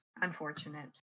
Unfortunate